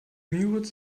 müritz